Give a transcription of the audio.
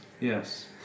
Yes